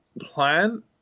plan